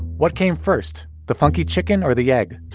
what came first? the funky chicken or the egg?